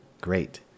Great